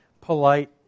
polite